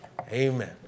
Amen